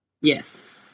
Yes